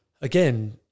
Again